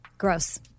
Gross